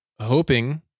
hoping